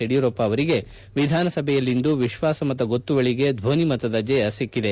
ಯಡಿಯೂರಪ್ಪ ಅವರಿಗೆ ವಿಧಾನಸಭೆಯಲ್ಲಿಂದು ವಿಶ್ವಾಸಮತ ಗೊತ್ತುವಳಿಗೆ ಧ್ವನಿಮತದ ಜಯ ಸಿಕ್ಕಿದೆ